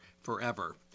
forever